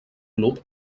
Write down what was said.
club